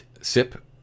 sip